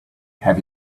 have